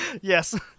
yes